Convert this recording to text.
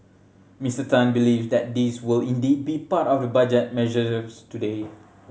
Mister Tan believes that these will indeed be part of the budget measures today